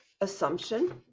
assumption